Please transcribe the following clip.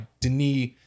Denis